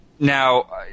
Now